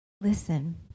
Listen